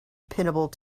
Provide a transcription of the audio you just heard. pinnable